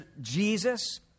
Jesus